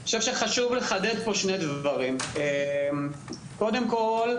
אני חושב שחשוב לחדד פה שני דברים: קודם כול,